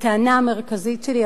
הטענה המרכזית שלי,